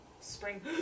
spring